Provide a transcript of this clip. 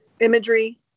Imagery